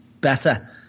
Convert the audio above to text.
better